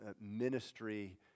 ministry